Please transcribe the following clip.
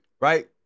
right